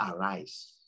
arise